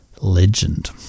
legend